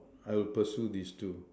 I'll pursue this two